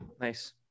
Nice